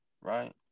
right